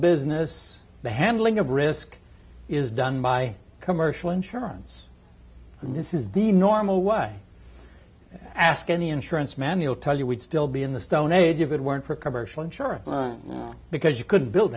business the handling of risk is done by commercial insurance and this is the normal way ask any insurance man you'll tell you would still be in the stone age of it weren't for commercial insurance because you could build